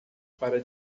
para